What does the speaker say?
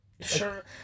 Sure